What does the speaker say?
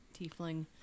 tiefling